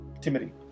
Timothy